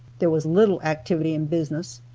there was little activity in business,